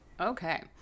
Okay